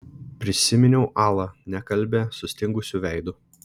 prisiminiau alą nekalbią sustingusiu veidu